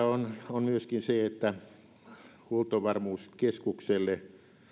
on myöskin se että huoltovarmuuskeskukselle